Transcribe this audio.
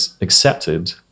accepted